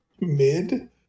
Mid